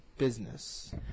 business